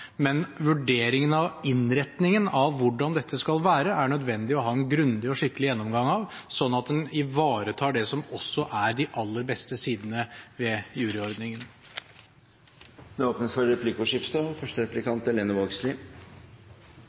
Men vurderingen av innretningen av hvordan dette skal være, er det nødvendig å ha en grundig og skikkelig gjennomgang av, slik at en ivaretar det som også er de aller beste sidene ved juryordningen. Det åpnes for replikkordskifte.